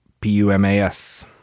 P-U-M-A-S